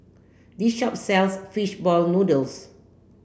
this shop sells fish ball noodles